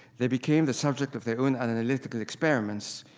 they became the subject of their own analytical experiments,